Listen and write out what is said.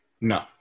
No